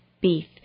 beef